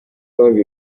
ruhande